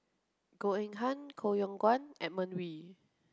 Goh Eng Han Koh Yong Guan and Edmund Wee